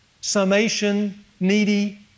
summation-needy